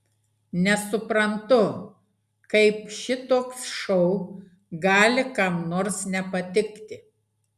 nesuprantu kaip šitoks šou gali kam nors nepatikti